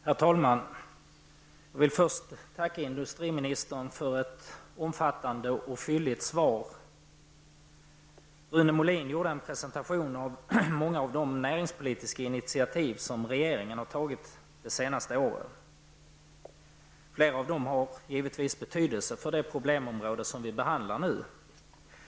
Herr talman! Låt mig först tacka industriministern för ett omfattande och fylligt svar. Rune Molin gjorde en presentation av många av de näringspolitiska initiativ som regeringen tagit de senaste åren. Flera av dem har givetvis betydelse för det problemområde som vi nu behandlar.